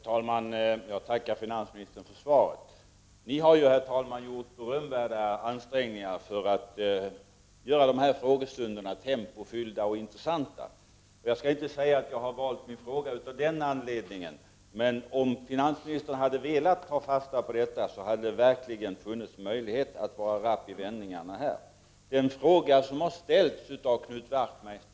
Häromdagen påmindes vi genom massmedia om den märkliga regeln i arvsoch gåvoskattelagen att ränta skall utgå på sent fastställt skattebelopp oavsett dröjsmålet. Enligt 52 § 1 mom. Lag om arvsskatt och gåvoskatt skall ränta utgå på skatt som fastställs senare än åtta månader efter det att bouppteckning eller deklaration skulle vara ingiven.